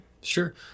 Sure